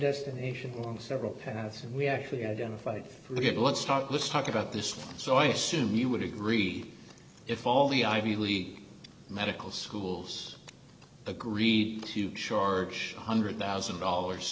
destination on several paths and we actually identified we have let's talk let's talk about this one so i assume you would agree if all the ivy league medical schools agreed to charge one hundred thousand dollars